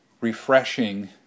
refreshing